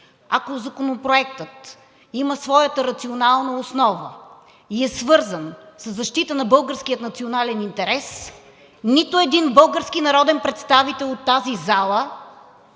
ако законопроектът има своята рационална основа и е свързан със защитата на българския национален интерес, нито един български народен представител от тази зала,